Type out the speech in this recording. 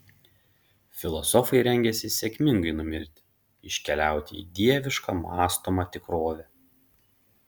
filosofai rengiasi sėkmingai numirti iškeliauti į dievišką mąstomą tikrovę